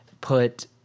put